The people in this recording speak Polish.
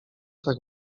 tak